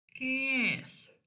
Yes